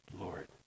Lord